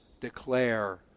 declare